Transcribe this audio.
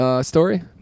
story